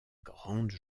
grande